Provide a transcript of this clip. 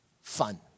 fun